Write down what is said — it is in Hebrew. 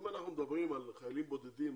אם אנחנו מדברים על חיילים בודדים,